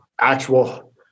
actual